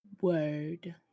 Word